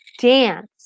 dance